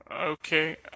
Okay